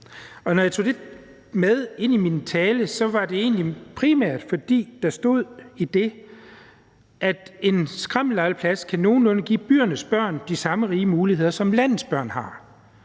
når jeg tager det med i min tale, er det egentlig primært, fordi der stod i det, at en skrammellegeplads kan give byernes børn nogenlunde de samme rige muligheder, som landets børn har.